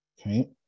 Okay